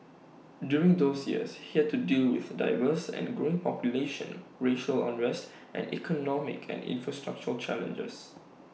during those years he had to deal with A diverse and growing population racial unrest and economic and infrastructural challenges